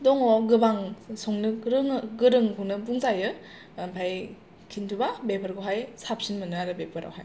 दङ गोबां संनो रोङो संनो गोरोंखौनो बुंजायो खिन्थुबा बेफोरखौहाय साबसिन मोनो आरो बेफोर